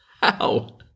How